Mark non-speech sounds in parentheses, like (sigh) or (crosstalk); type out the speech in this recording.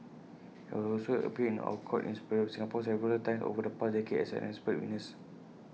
he had also appeared or court in (unintelligible) Singapore several times over the past decade as an expert witness